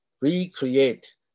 recreate